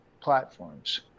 platforms